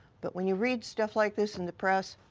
but when you read stuff like this in the press,